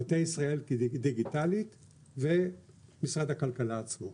מטה ישראל דיגיטלית ומשרד הכלכלה בעצמו.